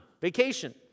vacation